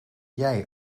jij